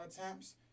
attempts